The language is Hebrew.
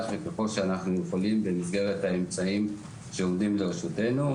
וככל שאנחנו יכולים במסגרת האמצעים שעומדים לרשותנו,